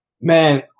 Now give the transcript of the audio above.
man